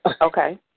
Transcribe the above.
Okay